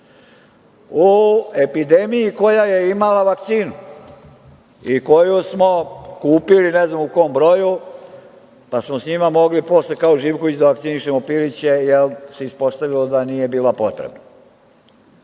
epidemiji koja je imala vakcinu i koju smo kupili ne znam u kom broju, pa smo sa njima mogli posle kao Živković da vakcinišemo piliće, jer se ispostavilo da nije bilo potrebe.